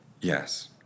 Yes